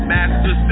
Master